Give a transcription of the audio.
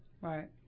Right